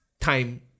time